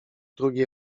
drugi